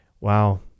Wow